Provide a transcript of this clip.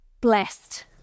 Blessed